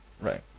Right